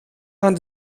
aan